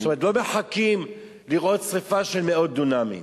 לא מחכים לראות שרפה של מאות דונמים.